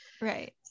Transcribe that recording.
right